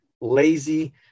lazy